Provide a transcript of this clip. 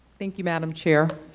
thank you madam chair.